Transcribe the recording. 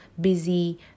busy